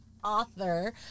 Author